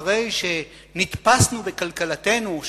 אחרי שנתפסנו בקלקלתנו,